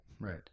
Right